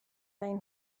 ein